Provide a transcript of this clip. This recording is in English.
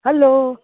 hello